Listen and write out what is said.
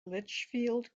litchfield